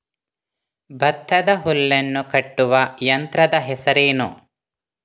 ಭತ್ತದ ಹುಲ್ಲನ್ನು ಕಟ್ಟುವ ಯಂತ್ರದ ಹೆಸರೇನು?